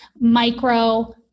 Micro